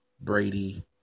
Brady